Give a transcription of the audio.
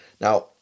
Now